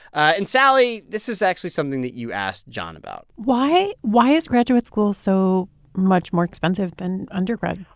and, sally, this is actually something that you asked jon about why why is graduate school so much more expensive than undergrad?